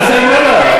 מה שאני אומר לך.